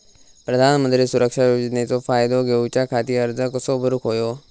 प्रधानमंत्री सुरक्षा योजनेचो फायदो घेऊच्या खाती अर्ज कसो भरुक होयो?